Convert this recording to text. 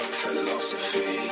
philosophy